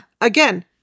Again